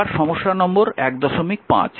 সুতরাং এটি সমস্যা নম্বর 15